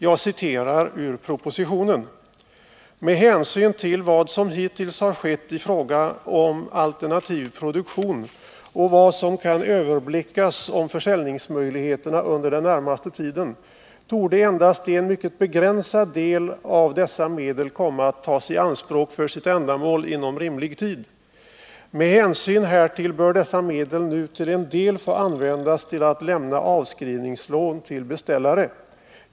Jag citerar ur propositionen: ”Med hänsyn till vad som hittills har skett i fråga om alternativ produktion och vad som nu kan överblickas om försäljningsmöjligheterna under den närmaste tiden torde endast en mycket begränsad del av dessa medel komma att tas i anspråk för sitt ändamål inom rimlig tid. Med hänsyn härtill bör dessa medel nu till en del få användas till att lämna avskrivningslån till beställare.